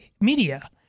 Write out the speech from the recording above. media